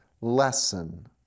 lesson